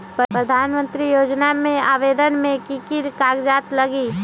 प्रधानमंत्री योजना में आवेदन मे की की कागज़ात लगी?